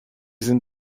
sind